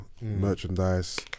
merchandise